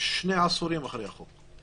אנחנו שני עשורים אחרי החוק,